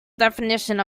definition